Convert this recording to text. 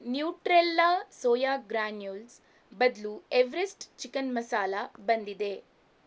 Nutrela soya granules ಬದಲು Everest chicken ಮಸಾಲೆ ಬಂದಿದೆ